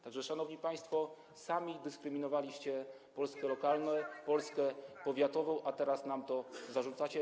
Tak że, szanowni państwo, sami dyskryminowaliście Polskę lokalną, Polskę powiatową, a teraz nam to zarzucacie.